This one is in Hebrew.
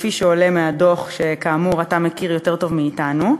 כפי שעולה מהדוח, שכאמור אתה מכיר יותר טוב מאתנו,